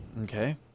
Okay